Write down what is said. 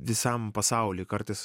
visam pasauly kartais